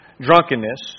drunkenness